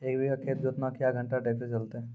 एक बीघा खेत जोतना क्या घंटा ट्रैक्टर चलते?